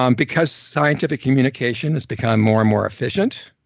um because scientific communication has become more and more efficient,